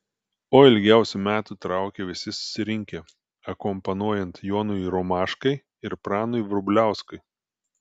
o ilgiausių metų traukė visi susirinkę akompanuojant jonui romaškai ir pranui vrubliauskui